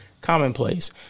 commonplace